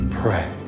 pray